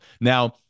Now